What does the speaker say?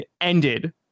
ended